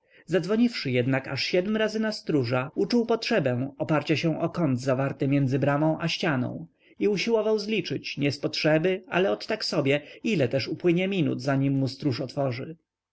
dzwonek zadzwoniwszy jednak aż siedm razy na stróża uczuł potrzebę oparcia się o kąt zawarty między bramą i ścianą i usiłował zliczyć nie z potrzeby ale ot tak sobie ile też upłynie minut zanim mu stróż otworzy